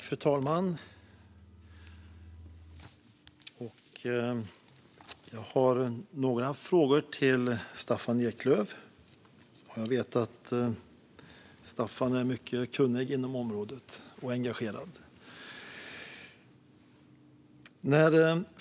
Fru talman! Jag har några frågor till Staffan Eklöf. Jag vet att Staffan är mycket kunnig och engagerad inom området.